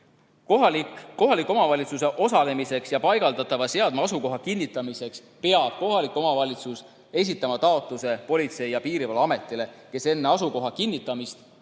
Kohaliku omavalitsuse osalemiseks ja paigaldatava seadme asukoha kinnitamiseks peab kohalik omavalitsus esitama taotluse Politsei- ja Piirivalveametile, kes enne asukoha kinnitamist